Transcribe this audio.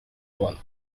one